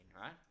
right